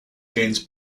gains